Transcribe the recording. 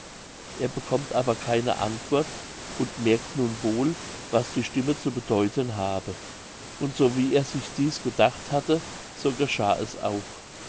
er bekommt aber keine antwort und merkt nun wohl was die stimme zu bedeuten habe und so wie er sich dieß gedacht hatte so geschah es auch